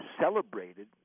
celebrated